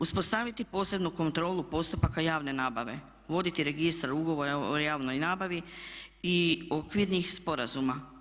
Uspostaviti posebnu kontrolu postupaka javne nabave, voditi registar ugovora o javnoj nabavi i okvirnih sporazuma.